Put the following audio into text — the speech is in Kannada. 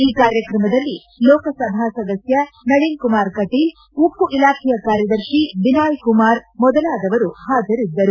ಈ ಕಾರ್ಯಕ್ರಮದಲ್ಲಿ ಲೋಕಸಭಾ ಸದಸ್ಯ ನಳಿನ್ಕುಮಾರ್ ಕಟೀಲ್ ಉಕ್ಕು ಇಲಾಖೆಯ ಕಾರ್ಯದರ್ಶಿ ಬಿನಾಯ್ ಕುಮಾರ್ ಮೊದಲಾದವರು ಹಾಜರಿದ್ದರು